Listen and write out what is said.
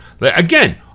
again